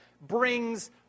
brings